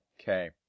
Okay